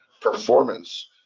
performance